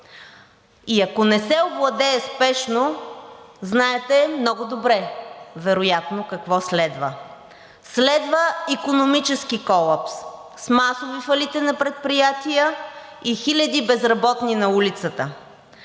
и ако не се овладее спешно, знаете много добре вероятно какво следва. Следва икономически колапс, с масови фалити на предприятия и хиляди безработни на улицата.